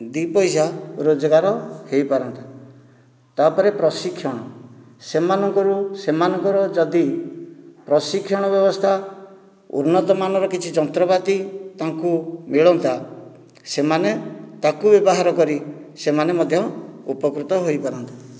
ଦୁଇ ପଇସା ରୋଜଗାର ହୋଇପାରନ୍ତା ତାପରେ ପ୍ରଶିକ୍ଷଣ ସେମାନଙ୍କରୁ ସେମାନଙ୍କର ଯଦି ପ୍ରଶିକ୍ଷଣ ବ୍ୟବସ୍ଥା ଉନ୍ନତମାନର କିଛି ଯନ୍ତ୍ରପାତି ତାଙ୍କୁ ମିଳନ୍ତା ସେମାନେ ତାକୁ ବ୍ୟବହାର କରି ସେମାନେ ମଧ୍ୟ ଉପକୃତ ହୋଇପାରନ୍ତେ